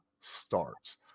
starts